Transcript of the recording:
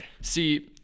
See